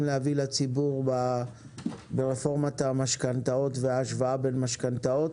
להביא לציבור ברפורמת המשכנתאות וההשוואה בין המשכנתאות.